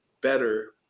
better